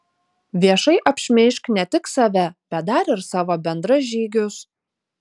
viešai apšmeižk ne tik save bet dar ir savo bendražygius